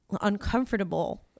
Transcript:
uncomfortable